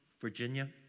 Virginia